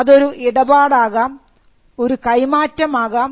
അതൊരു ഇടപാട് ആകാം ഒരു കൈമാറ്റം ആകാം